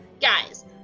guys